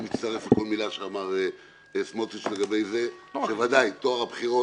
אני מצטרף לכל מילה שאמר סמוטריץ לגבי זה שטוהר הבחירות